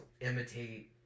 imitate